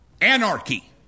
anarchy